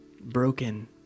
broken